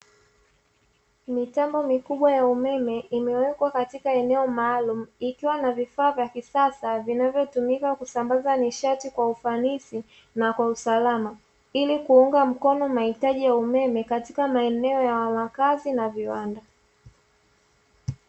Mitambo mikubwa ya umeme imewekwa katika eneo maalumu, ikiwa na vifaa vya kisasa vinavyotumika kusambaza nishati kwa ufanisi na kwa usalama, ili kuunga mkono mahitaji ya umeme katika maeneo ya makazi na viwanda.